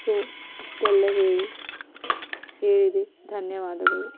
so ಇಷ್ಟೆಲ್ಲ ಹೇಳಿ ಹೇಳಿದಿ ಧನ್ಯವಾದಗಳು